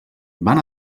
van